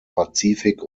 pazifik